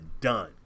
done